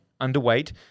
underweight